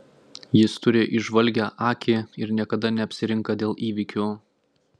jis turi įžvalgią akį ir niekada neapsirinka dėl įvykių